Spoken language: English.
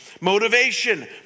motivation